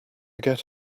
get